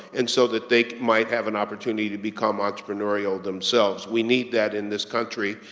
and so that they might have an opportunity to become entrepreneurial themselves. we need that in this country,